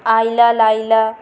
আইলা লাইলা